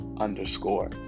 underscore